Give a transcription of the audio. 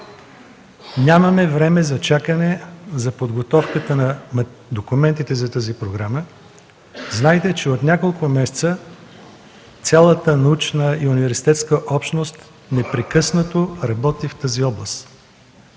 Нямаме време за чакане за подготовката на документите за тази програма. Знаете, че от няколко месеца цялата научна и университетска общност непрекъснато работи в тази област.